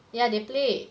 ya they play